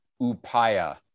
upaya